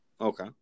Okay